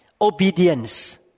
obedience